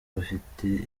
bafite